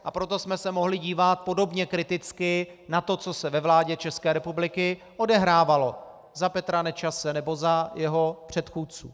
A proto jsme se mohli dívat podobně kriticky na to, co se ve vládě České republiky odehrávalo za Petra Nečase nebo za jeho předchůdců.